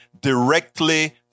directly